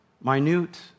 minute